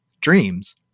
dreams